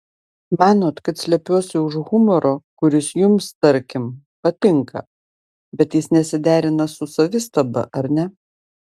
manot kad slepiuosi už humoro kuris jums tarkim patinka bet jis nesiderina su savistaba ar ne